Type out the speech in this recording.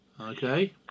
Okay